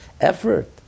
effort